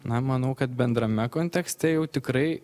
na manau kad bendrame kontekste jau tikrai